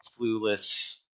clueless